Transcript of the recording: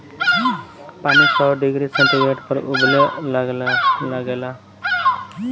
पानी सौ degree centigrade पर उबले लागेला